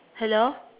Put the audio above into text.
hello